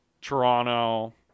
Toronto